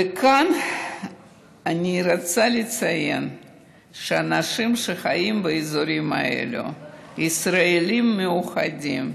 כאן אני רוצה לציין שאנשים שחיים באזורים האלה הם ישראלים מיוחדים: